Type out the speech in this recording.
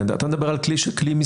את המדבר על כלי מיסויי.